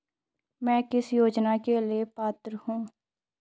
मैं किस योजना के लिए पात्र हूँ?